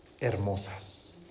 hermosas